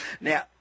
Now